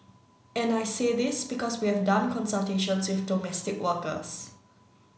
and I say this because we have done consultations with domestic workers